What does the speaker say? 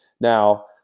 Now